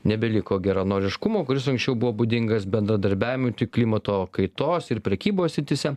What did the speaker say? nebeliko geranoriškumo kuris anksčiau buvo būdingas bendradarbiavimui tik klimato kaitos ir prekybos srityse